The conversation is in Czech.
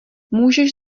můžeš